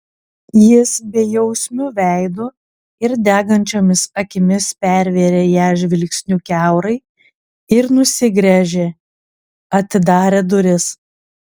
jis bejausmiu veidu ir degančiomis akimis pervėrė ją žvilgsniu kiaurai ir nusigręžė atidarė duris